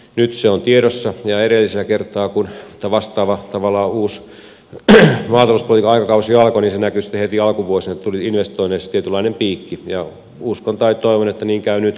nyt se on tiedossa ja edellisellä kertaa kun tämä vastaava tavallaan uusi maatalouspolitiikan aikakausi alkoi se näkyi sitten heti alkuvuosina niin että tuli investoinneissa tietynlainen piikki ja toivon että niin käy nytkin